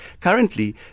Currently